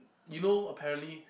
you know apparently